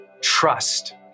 trust